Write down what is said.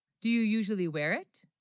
do you usually, wear it